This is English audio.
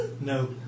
No